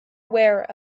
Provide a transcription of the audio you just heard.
aware